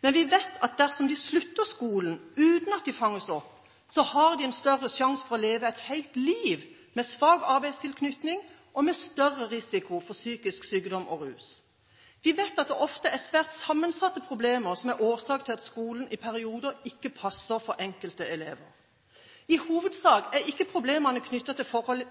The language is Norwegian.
Men vi vet at dersom de slutter i skolen uten at de fanges opp, har de en større sjanse for å leve et helt liv med svak arbeidstilknytning og med større risiko for psykisk sykdom og rusmisbruk. Vi vet at det ofte er svært sammensatte problemer som er årsak til at skolen i perioder ikke passer for enkelte elever. I hovedsak er problemene knyttet til forhold